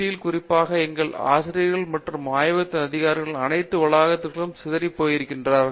யில் குறிப்பாக எங்கள் ஆசிரியர் மற்றும் ஆய்வகத்தின் அதிகாரிகள் அனைத்து வளாகத்திலிருந்தும் சிதறிப்போகிறார்கள்